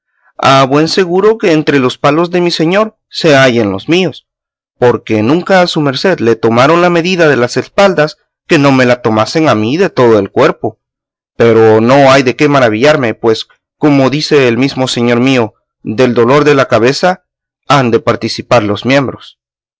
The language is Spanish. a buen seguro que entre los palos de mi señor se hallen los míos porque nunca a su merced le tomaron la medida de las espaldas que no me la tomasen a mí de todo el cuerpo pero no hay de qué maravillarme pues como dice el mismo señor mío del dolor de la cabeza han de participar los miembros